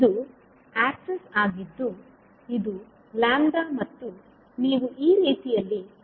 ಇದು ಆಕ್ಸಿಸ್ ಆಗಿದ್ದು ಇದು ಲ್ಯಾಂಬ್ಡಾ ಮತ್ತು ನೀವು ಈ ರೀತಿಯಲ್ಲಿ ಸ್ಥಳಾಂತರಗೊಳ್ಳುತ್ತಿದ್ದೀರಿ